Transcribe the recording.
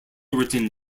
written